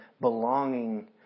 belonging